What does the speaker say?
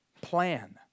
plan